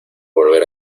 volver